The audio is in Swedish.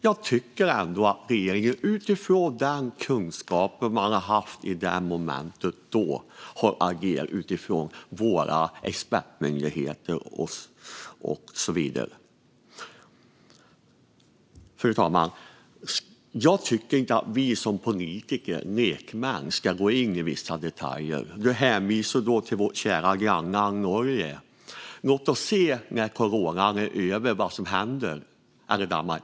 Jag tycker att regeringen utifrån de kunskaper man har haft i varje moment har agerat utifrån vad våra expertmyndigheter och så vidare har föreslagit. Fru talman! Jag tycker inte att vi som politiker och lekmän ska gå in i vissa detaljer. Du hänvisar till vårt kära grannland Norge, Camilla Waltersson Grönvall, och till Danmark.